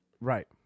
Right